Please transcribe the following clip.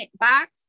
box